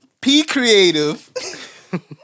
P-Creative